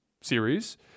series